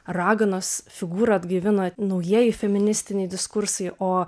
raganos figūrą atgaivina naujieji feministiniai diskursai o